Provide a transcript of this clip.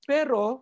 Pero